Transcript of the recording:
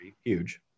Huge